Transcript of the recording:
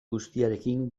guztiarekin